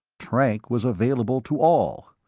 trank was available to all.